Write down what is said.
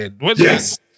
Yes